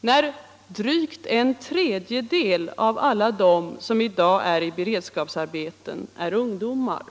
när drygt en tredjedel av alla dem som i dag är i beredskapsarbeten är ungdomar.